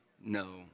No